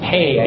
Hey